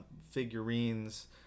figurines